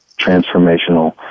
transformational